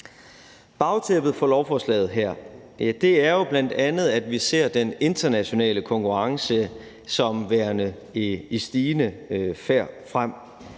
Bagtæppet for lovforslaget her er jo bl.a., at vi ser den internationale konkurrence som værende i stigende grad på